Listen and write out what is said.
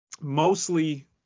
mostly